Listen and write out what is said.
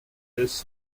laisse